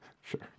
sure